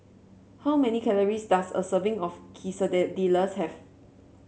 how many calories does a serving of Quesadillas have